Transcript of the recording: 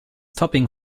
topping